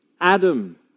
Adam